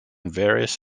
various